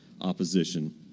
opposition